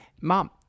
Mom